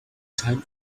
time